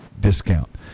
discount